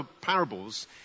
parables